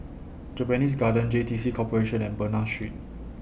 Japanese Garden J T C Corporation and Bernam Street